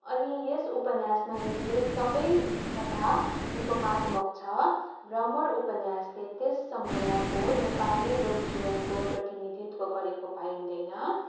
अनि यस उपन्यासमा निहित सबै कथा रूपकथात्मक छ भ्रमर उपन्यासले त्यस समयको नेपाली लोकजीवनको प्रतिनिधित्व गरेको पाइँदैन